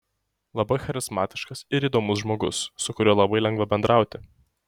labai charizmatiškas ir įdomus žmogus su kuriuo labai lengva bendrauti